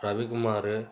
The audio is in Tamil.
ரவிக்குமாரு